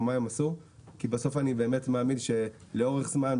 מה הם עשו כי בסוף אני באמת מאמין שלאורך זמן,